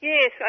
Yes